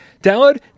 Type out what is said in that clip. Download